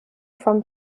from